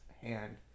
hand